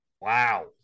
wow